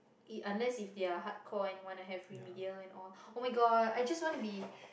it unless if they are hardcore and wanna have remedial and all oh-my-god I just wanna be